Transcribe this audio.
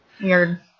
Weird